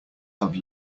have